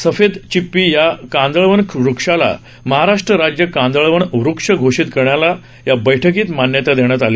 सफेद चिप्पी या कांदळवन वृक्षाला महाराष्ट्र राज्य कांदळवन वृक्ष घोषित करण्याला या बैठकीत मान्यता देण्यात आली